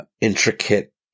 intricate